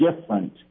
different